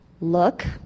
look